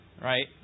right